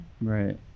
Right